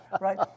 right